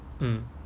mm